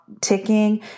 ticking